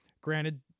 Granted